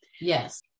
Yes